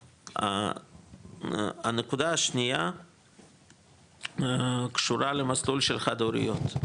הנקודה השנייה קשורה למסלול של חד-הוריות,